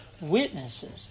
witnesses